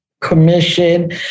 Commission